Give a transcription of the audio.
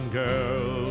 girl